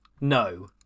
No